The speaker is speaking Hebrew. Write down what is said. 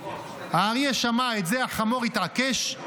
האריה שמע את זה, החמור התעקש,